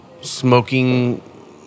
smoking